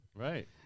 right